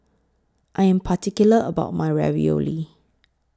I Am particular about My Ravioli